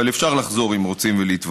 אבל אפשר לחזור ולהתווכח,